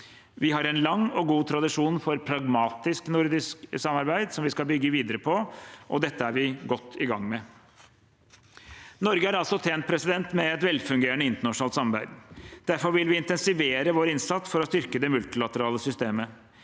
Vi har en lang og god tradisjon for pragmatisk nordisk samarbeid som vi skal bygge videre på, og dette er vi godt i gang med. Norge er tjent med et velfungerende internasjonalt samarbeid. Derfor vil vi intensivere vår innsats for å styrke det multilaterale systemet.